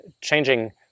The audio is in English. changing